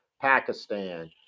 Pakistan